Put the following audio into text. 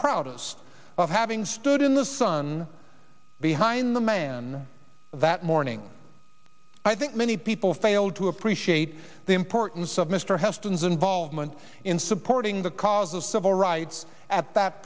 proudest of having stood in the sun behind the man that morning i think many people failed to appreciate the importance of mr heston's involvement in supporting the cause of civil rights at that